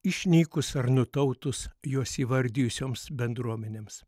išnykus ar nutautus juos įvardijusioms bendruomenėms